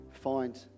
Find